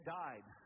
died